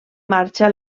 marxa